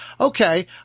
Okay